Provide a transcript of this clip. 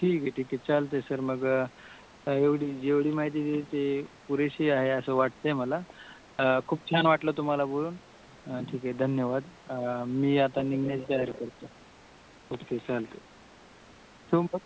ठीक आहे ठीक आहे चालते आहे सर मग एवढी एवढी माहिती दिली पुरेशी आहे असं वाटतं आहे मला खूप छान वाटलं तुम्हाला बोलून ठीक आहे धन्यवाद मी आता निघण्याची तयारी करतो ओके चालते ठेऊ मग